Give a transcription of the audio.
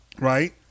Right